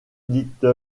little